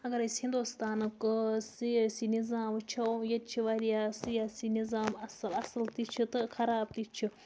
اَگر أسۍ ہِنٛدوستانُک سِیٲسی نِظام وٕچھو ییٚتہِ چھِ واریاہ سِیٲسی نِظام اَصٕل اَصٕل تہِ چھِ تہٕ خراب تہِ چھِ